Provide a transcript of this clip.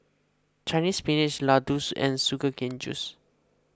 Chinese Spinach Laddu and Sugar Cane Juice